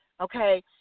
Okay